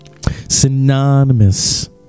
Synonymous